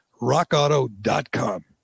rockauto.com